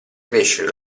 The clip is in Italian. crescere